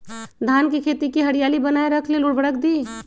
धान के खेती की हरियाली बनाय रख लेल उवर्रक दी?